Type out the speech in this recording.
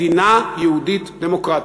מדינה יהודית דמוקרטית.